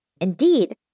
Indeed